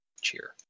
cheer